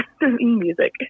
music